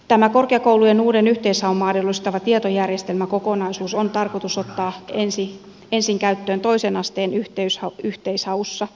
tämä korkeakoulujen uuden yhteishaun mahdollistava tietojärjestelmäkokonaisuus on tarkoitus ottaa ensin käyttöön toisen asteen yhteishaussa